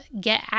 get